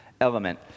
element